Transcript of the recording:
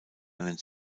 einen